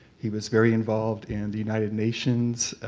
he was very involved in the united nations.